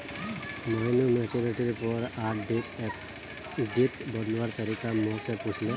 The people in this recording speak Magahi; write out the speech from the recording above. मोहिनी मैच्योरिटीर पर आरडीक एफ़डीत बदलवार तरीका मो से पूछले